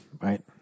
right